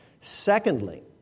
Secondly